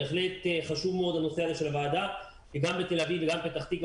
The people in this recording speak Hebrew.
בהחלט חשוב מאוד הנושא בו דנה הוועדה כי גם בתל אביב וגם בפתח תקווה,